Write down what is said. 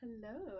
Hello